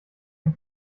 den